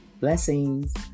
Blessings